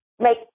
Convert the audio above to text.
Make